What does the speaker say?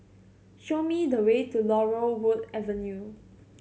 show me the way to Laurel Wood Avenue